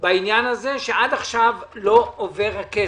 בעניין הזה שעד עכשיו לא עובר הכסף.